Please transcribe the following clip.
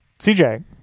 cj